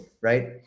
right